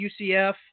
UCF